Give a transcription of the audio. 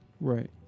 Right